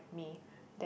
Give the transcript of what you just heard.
me that